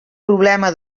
problema